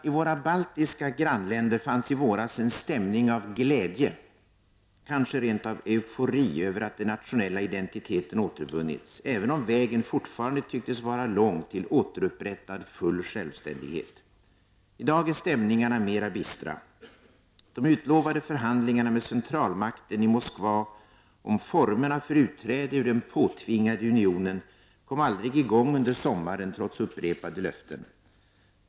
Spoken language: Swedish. I våra baltiska grannländer fanns i våras en stämning av glädje, kanske rent av eufori, över att den nationella identiteten återvunnits, även om vägen fortfarande tycktes vara lång till återupprättad full självständighet. I dag är stämningarna mer bistra. De utlovade förhandlingarna med centralmakten i Moskva om formerna för utträde ur den påtvingade unionen kom aldrig i gång under sommaren trots upprepade löften.